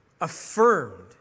affirmed